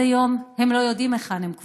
עד היום הם לא יודעים היכן הם קבורים.